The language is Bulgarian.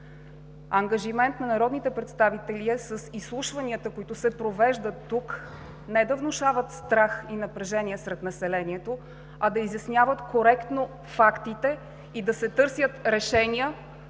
Ангажимент на народните представители е с изслушванията, които се провеждат тук, не да внушават страх и напрежение сред населението, а да изясняват коректно фактите и да се търсят решения,